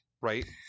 Right